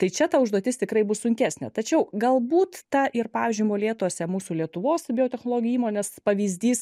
tai čia ta užduotis tikrai bus sunkesnė tačiau galbūt ta ir pavyzdžiui molėtuose mūsų lietuvos biotechnologijų įmonės pavyzdys